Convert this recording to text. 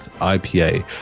IPA